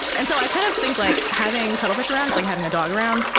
and so i kind of think like having cuttlefish around, it's like having a dog around,